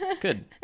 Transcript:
Good